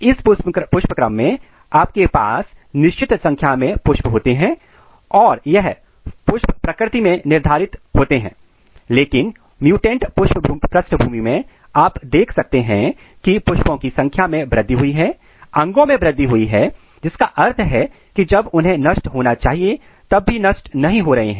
इस पुष्पक्रम में आपके पास निश्चित संख्या में फूल होते हैं और यह फूल प्रकृति में निर्धारित होते हैं लेकिन म्युटेंट पृष्ठभूमि में आप देख सकते हैं कि फूलों की संख्या में वृद्धि हुई है अंगों में वृद्धि हुई है जिसका अर्थ है कि जब उन्हें नष्ट होना चाहिए तब भी नष्ट नहीं हो रहे हैं